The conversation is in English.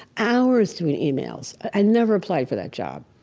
hours doing emails. i never applied for that job.